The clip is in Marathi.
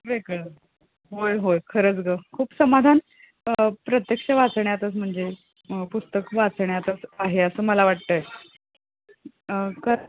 वेगळं होय होय खरंच गं खूप समाधान प्रत्यक्ष वाचण्यातच म्हणजे पुस्तक वाचण्यातच आहे असं मला वाटत आहे कर